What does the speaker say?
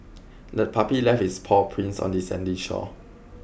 the puppy left its paw prints on the sandy shore